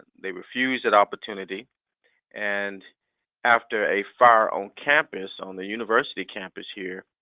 they refused that opportunity and after a fire on campus, on the university campus here,